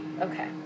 Okay